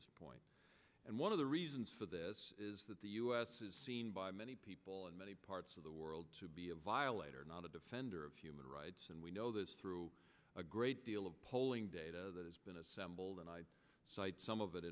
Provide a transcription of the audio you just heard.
this point and one of the reasons for this is that the u s is seen by many people in many parts of the world to be a violator not a defender of human rights and we know this through a great deal of polling data that has been assembled and i cite some of it